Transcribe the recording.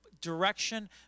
direction